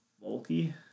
bulky